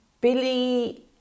Billy